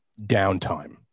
downtime